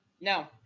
No